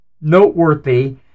noteworthy